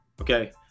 okay